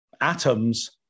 atoms